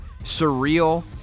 surreal